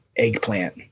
Eggplant